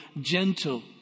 gentle